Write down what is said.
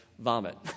vomit